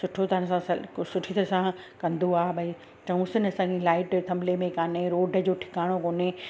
सुठो तरह सां सुठी तरह सां कंदो आहे भाई चउसि न असांखे लाइट थम्बले में काने रोड जो ठिकाणो कोने